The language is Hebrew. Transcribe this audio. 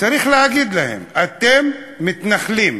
צריך להגיד להם, אתם מתנחלים,